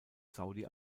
saudi